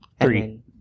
Three